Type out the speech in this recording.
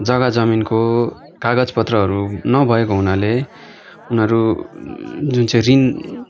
जग्गा जमिनको कागज पत्रहरू नभएको हुनाले उनीहरू जुन चाहिँ ऋण